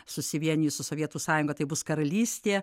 susivienijus su sovietų sąjunga tai bus karalystė